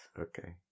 okay